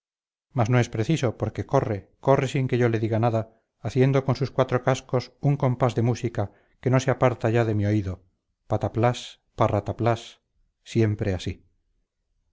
mas no es preciso porque corre corre sin que yo le diga nada haciendo con sus cuatro cascos un compás de música que no se aparta ya de mi oído pataplás parrataplás siempre así